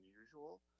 unusual